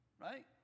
right